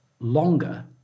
longer